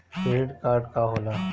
Credit card का होला?